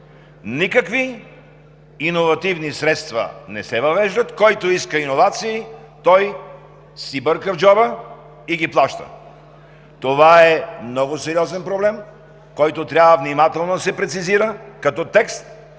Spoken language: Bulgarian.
никакви иновативни средства да не се въвеждат. Който иска иновации, той си бърка в джоба и ги плаща. Това е много сериозен проблем, който трябва внимателно да се прецизира като текст,